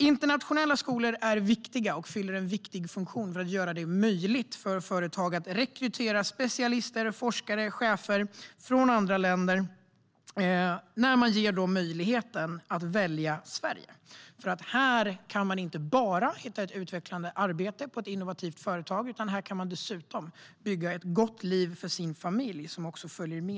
Internationella skolor fyller en viktig funktion för att göra det möjligt för företag att rekrytera specialister, forskare och chefer från andra länder. Man ger dem möjligheten att välja Sverige, för här kan de inte bara hitta ett utvecklande arbete på ett innovativt företag utan dessutom bygga ett gott liv för sin familj.